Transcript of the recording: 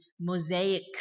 mosaic